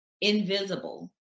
invisible